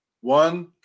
one